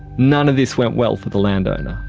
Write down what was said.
none of this went well for the landowner.